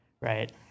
right